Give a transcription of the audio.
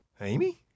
Amy